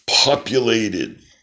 Populated